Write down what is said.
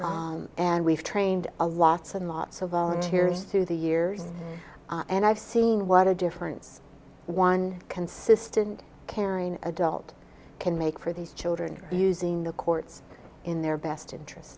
volunteers and we've trained a lots and lots of volunteers through the years and i've seen what a difference one consistent caring adult can make for these children using the courts in their best interest